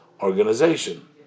organization